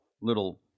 little